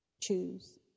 Choose